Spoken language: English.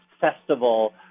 festival